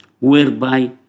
whereby